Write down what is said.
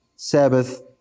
sabbath